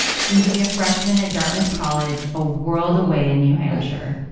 soon to be a freshman at dartmouth college, a world away in new hampshire